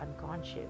unconscious